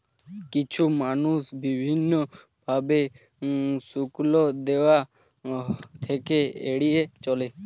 কিছু মানুষ বিভিন্ন ভাবে শুল্ক দেওয়া থেকে এড়িয়ে চলে